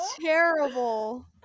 terrible